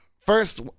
first